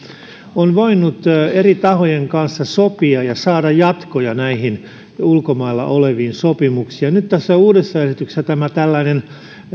on voinut eri tahojen kanssa sopia ja saada jatkoja näihin ulkomailla oleviin sopimuksiin nyt tässä uudessa esityksessä tämä tällainen